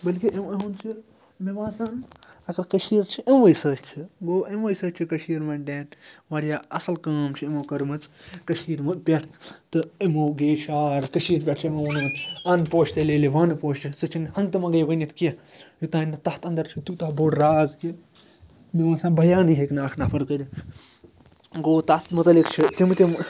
بٔلکہِ یِمَن ہُنٛد چھِ مےٚ باسان اَسا کٔشیٖر چھِ یِموٕے سۭتۍ چھِ گوٚو یِموٕے سۭتۍ چھِ کٔشیٖر مینٹین واریاہ اَصٕل کٲم چھِ یِمو کٔرمٕژ کٔشیٖرِ مہٕ پٮ۪ٹھ تہٕ یِمو گٮ۪وۍ شعار کٔشیٖرِ پٮ۪ٹھ چھِ یِمو ووٚنمُت اَن پوشہِ تیٚلہِ ییٚلہِ وَن پوشہِ سُہ چھِنہٕ ہنٛگتہٕ منٛگَے ؤنِتھ کینٛہہ یوٚتام نہٕ تَتھ اَندَر چھُ تیوٗتاہ بوٚڈ راز کہِ مےٚ باسان بیانٕے ہیٚکہِ نہٕ اَکھ نَفَر کٔرِتھ گوٚو تَتھ متعلق چھِ تِم تِم